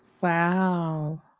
Wow